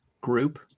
group